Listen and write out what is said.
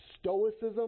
stoicism